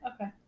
Okay